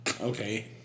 Okay